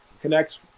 connects